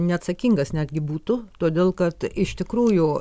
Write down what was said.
neatsakingas netgi būtų todėl kad iš tikrųjų